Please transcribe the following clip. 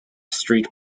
street